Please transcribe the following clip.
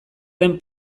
den